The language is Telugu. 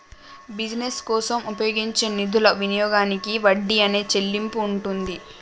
బిజినెస్ కోసం ఉపయోగించే నిధుల వినియోగానికి వడ్డీ అనే చెల్లింపు ఉంటుంది